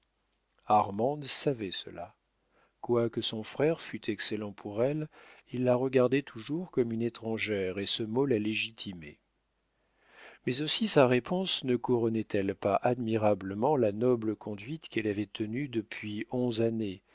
armande savait cela quoique son frère fût excellent pour elle il la regardait toujours comme une étrangère et ce mot la légitimait mais aussi sa réponse ne couronnait elle pas admirablement la noble conduite qu'elle avait tenue depuis onze années